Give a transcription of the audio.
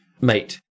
Mate